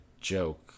joke